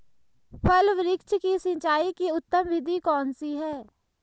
फल वृक्ष की सिंचाई की उत्तम विधि कौन सी है?